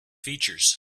features